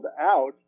out